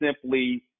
simply